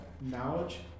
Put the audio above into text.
knowledge